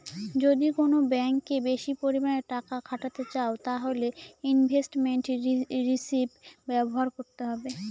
যদি কোন ব্যাঙ্কে বেশি পরিমানে টাকা খাটাতে চাও তাহলে ইনভেস্টমেন্ট রিষিভ ব্যবহার করতে হবে